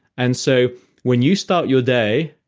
and so when you start your day,